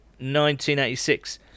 1986